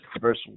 verse